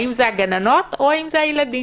האם זה הגננות או האם זה הילדים.